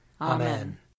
Amen